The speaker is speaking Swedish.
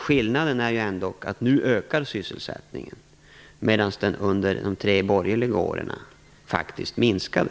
Skillnaden är ändock att nu ökar sysselsättningen medan den under de tre borgerliga åren faktiskt minskade.